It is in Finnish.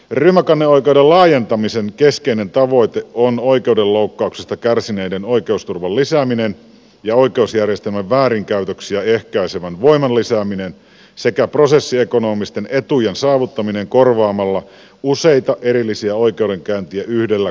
ryhmäkanneoikeuden laajentamisen keskeinen tavoite on oikeudenloukkauksesta kärsineiden oikeusturvan lisääminen ja oikeusjärjestelmän väärinkäytöksiä ehkäisevän voiman lisääminen sekä prosessiekonomisten etujen saavuttaminen korvaamalla useita erillisiä oikeudenkäyntejä yhdellä kollektiivisella oikeudenkäynnillä